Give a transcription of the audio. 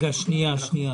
כאשר מדובר בשני ילדים,